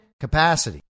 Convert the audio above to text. capacity